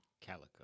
Calico